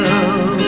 Love